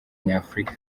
nyafurika